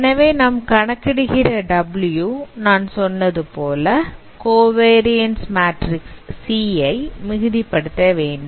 எனவே நாம் கணக்கிடுகிற W நான் சொன்னது போல கோவரியன்ஸ் மேட்ரிக்ஸ் ஐ C மிகுதி படுத்த வேண்டும்